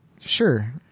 sure